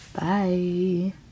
Bye